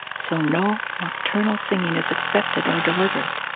so no nocturnal singing is expected or delivered.